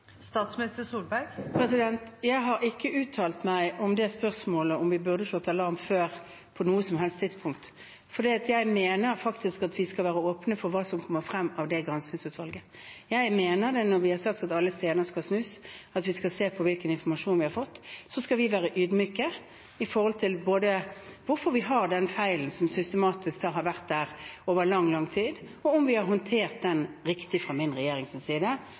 Jeg har ikke uttalt meg om det spørsmålet, om vi burde slått alarm før, på noe som helst tidspunkt, for jeg mener at vi skal være åpne om hva som faktisk kommer frem fra dette granskingsutvalget. Jeg mener det når jeg sier at alle steiner skal snus, at vi skal se på hvilken informasjon vi har fått. Så skal vi være ydmyke både overfor hvorfor vi har den feilen, som systematisk har vært der over lang, lang tid, og om den er håndtert riktig fra min regjerings side.